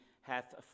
hath